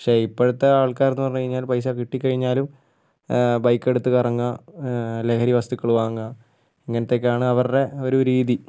പക്ഷെ ഇപ്പോഴത്തെ ആൾക്കാർ എന്ന് പറഞ്ഞു കഴിഞ്ഞാല് പൈസ കിട്ടി കഴിഞ്ഞാലും ബൈക്കെടുത്ത് കറങ്ങുക ലഹരിവസ്തുക്കൾ വാങ്ങുക ഇങ്ങനത്തെയൊക്കെയാണ് അവരുടെ ഒരു രീതി